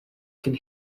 can